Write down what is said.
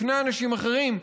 לפני אנשים אחרים,